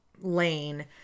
lane